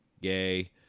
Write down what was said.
Gay